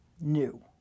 new